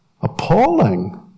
appalling